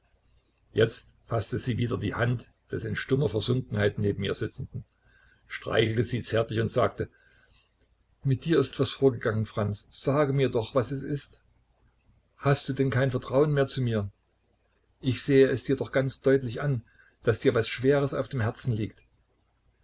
jetzt faßte sie wieder die hand des in stummer versunkenheit neben ihr sitzenden streichelte sie zärtlich und sagte mit dir ist was vorgegangen franz sage mir doch was es ist hast du denn kein vertrauen mehr zu mir ich sehe es dir doch ganz deutlich an daß dir was schweres auf dem herzen liegt